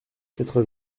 quatre